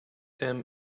them